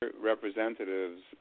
representatives